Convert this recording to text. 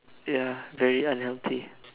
ya very unhealthy